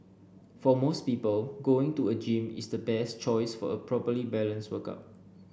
for most people going to a gym is the best choice for a properly balanced workout